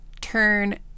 turn